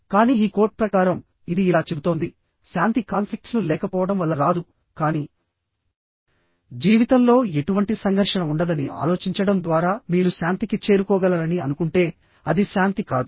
కానీ ఈ కోట్ ప్రకారం ఇది ఇలా చెబుతోంది శాంతి కాన్ఫ్లిక్ట్స్ లు లేకపోవడం వల్ల రాదు కానీ జీవితంలో ఎటువంటి సంఘర్షణ ఉండదని ఆలోచించడం ద్వారా మీరు శాంతికి చేరుకోగలరని అనుకుంటే అది శాంతి కాదు